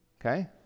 Okay